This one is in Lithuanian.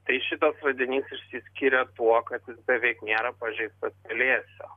tai šitas radinys išsiskyrė tuo kad jis beveik nėra pažeistas pelėsio